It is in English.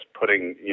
putting